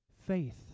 faith